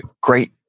great